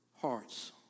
hearts